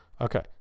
Okay